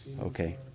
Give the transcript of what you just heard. okay